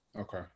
Okay